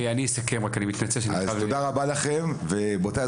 אז תודה רבה לכם ורבותיי,